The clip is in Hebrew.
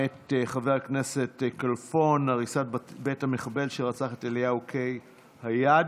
מאת חבר הכנסת כלפון: הריסת בית המחבל שרצח את אליהו קיי הי"ד,